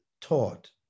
taught